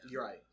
Right